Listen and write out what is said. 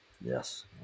Yes